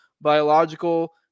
biological